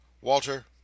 walter